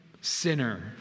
sinner